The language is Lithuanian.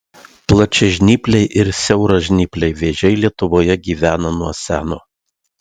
plačiažnypliai ir siauražnypliai vėžiai lietuvoje gyvena nuo seno